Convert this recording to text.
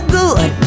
good